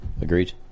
Agreed